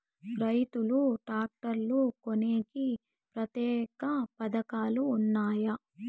రైతులు ట్రాక్టర్లు కొనేకి ప్రత్యేక పథకాలు ఉన్నాయా?